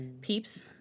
peeps